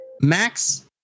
Max